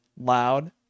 loud